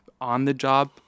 on-the-job